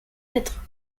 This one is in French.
d’être